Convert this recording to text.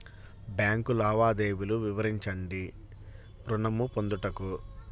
Bank లావాదేవీలు వివరించండి ఋణము పొందుటకు?